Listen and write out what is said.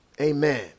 Amen